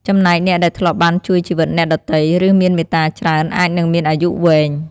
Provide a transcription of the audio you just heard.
ចំណែកអ្នកដែលធ្លាប់បានជួយជីវិតអ្នកដទៃ ឬមានមេត្តាច្រើន អាចនឹងមានអាយុវែង។